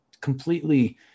completely